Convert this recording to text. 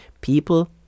People